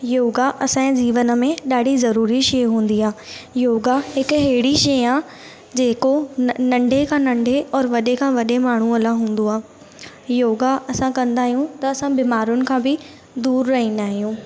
योगा असांजे जीवन में ॾाढी ज़रूरी शइ हूंदी आहे योगा हिक हेड़ी शइ आहे जेको नंढे और वॾे खां वॾे माण्हूअ लाइ हूंदो आहे योगा असां कंदा आहियूं त असां बीमारियुनि खां बि दूरि रहिंदा आहियूं